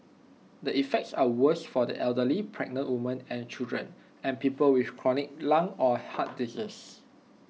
the effects are worse for the elderly pregnant women and children and people with chronic lung or heart disease